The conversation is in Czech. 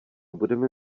budeme